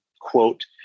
quote